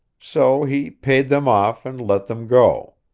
so he paid them off, and let them go.